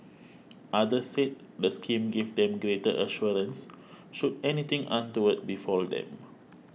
others said the scheme gave them greater assurance should anything untoward befall them